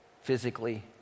physically